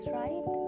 right